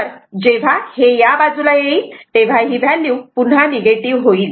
तर जेव्हा हे या बाजूला येईल तेव्हा ही व्हॅल्यू पुन्हा निगेटिव्ह होईल